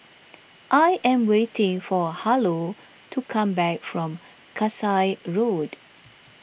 I am waiting for Harlow to come back from Kasai Road